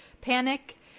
panic